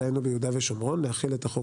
דהיינו ביהודה ושומרון להחיל את החוק